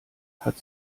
hat